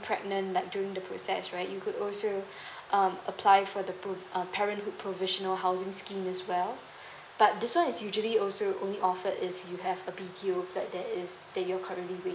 pregnant like during the process right you could also um apply for the poo~ um parenthood provisional housing scheme as well but this one is usually also only offered if you have a B_T_O flat that is that you're currently waiting